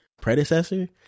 predecessor